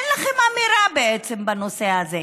אין לכם אמירה בנושא הזה,